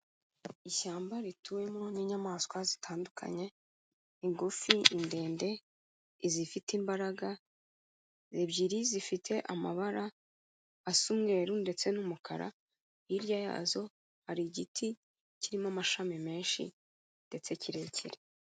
Ishyamba rituwemo n'inyamaswa zitandukanye ingufi, indende n'izifite imbaraga ebyiri zifite amabara asa umweruru ndetse n'umukara hirya yazo hari igiti kirimo amashami menshi ndetse kirekire.